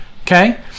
Okay